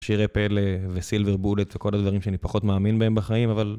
שירי פלא וסילבר בולט וכל הדברים שאני פחות מאמין בהם בחיים, אבל...